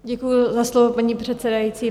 Děkuju za slovo, paní předsedající.